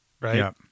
right